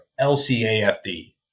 LCAFD